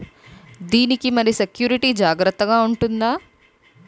దీని కి మరి సెక్యూరిటీ జాగ్రత్తగా ఉంటుందా?